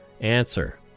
Answer